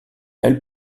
elle